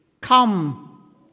Come